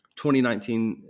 2019